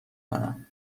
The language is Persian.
کنم